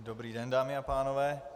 Dobrý den, dámy a pánové.